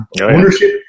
ownership